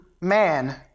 man